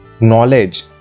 knowledge